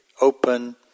open